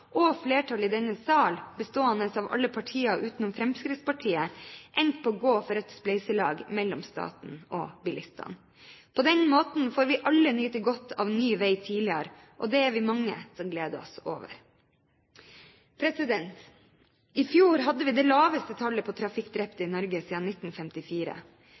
og flertallet i denne sal, bestående av alle partiene utenom Fremskrittspartiet – endt med å gå for et spleiselag mellom staten og bilistene. På den måten får vi alle nyte godt av ny vei tidligere, og det er vi mange som gleder oss over. I fjor hadde vi det laveste tallet trafikkdrepte i Norge siden 1954. Det viser at vi er på